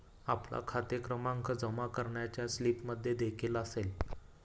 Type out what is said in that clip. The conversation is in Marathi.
आपला खाते क्रमांक जमा करण्याच्या स्लिपमध्येदेखील असेल